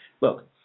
look